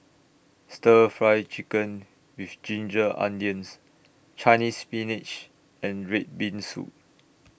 Stir Fry Chicken with Ginger Onions Chinese Spinach and Red Bean Soup